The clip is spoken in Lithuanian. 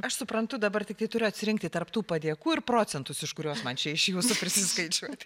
aš suprantu dabar tiktai turiu atsirinkti tarp tų padėkų ir procentus iš kurios man čia iš jūsų prisiskaičiuoti